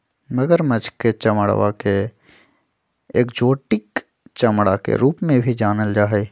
मगरमच्छ के चमडड़ा के एक्जोटिक चमड़ा के रूप में भी जानल जा हई